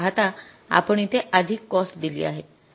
खरं पाहता आपण इथे आधिक कॉस्ट दिली आहे